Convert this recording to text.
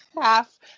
half